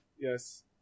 yes